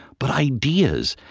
but ideas.